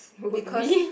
because